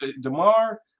DeMar